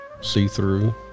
see-through